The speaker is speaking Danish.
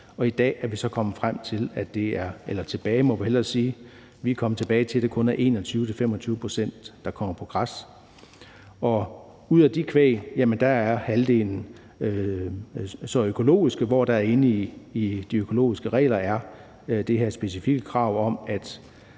til, må vi hellere sige, at det kun er 21-25 pct., der kommer på græs. Og ud af det kvæg er halvdelen så økologisk, hvor der i de økologiske regler er det her specifikke krav om,